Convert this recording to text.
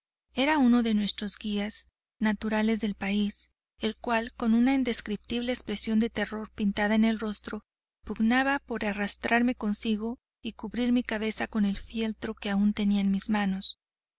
era una de nuestros guías natural del país el cual con una indescriptible expresión de terror pintada en el rostro pugnaba por arrastrarme consigo y cubrir mi cabeza con el fieltro que aun tenía en mis manos